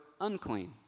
unclean